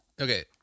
Okay